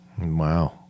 Wow